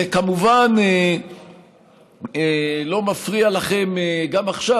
זה כמובן לא מפריע לכם גם עכשיו.